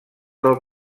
del